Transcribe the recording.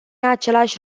același